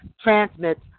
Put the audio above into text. transmits